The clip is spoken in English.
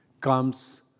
comes